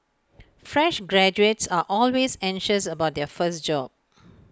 fresh graduates are always anxious about their first job